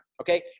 okay